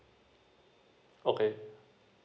okay